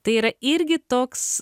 tai yra irgi toks